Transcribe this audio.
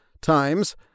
Times